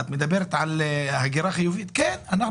את מדברת על הגירה חיובית כן אנחנו